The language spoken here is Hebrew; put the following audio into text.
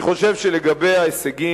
אני חושב שעל ההישגים